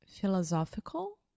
philosophical